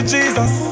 Jesus